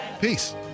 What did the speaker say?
peace